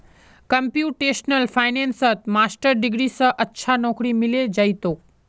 computational फाइनेंसत master degree स अच्छा नौकरी मिले जइ तोक